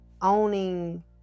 owning